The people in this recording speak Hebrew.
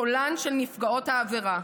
קולן של נפגעות העבירה,